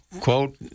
quote